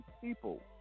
people